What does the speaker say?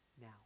now